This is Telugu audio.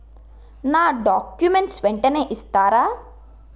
నా డాక్యుమెంట్స్ వెంటనే ఇస్తారా?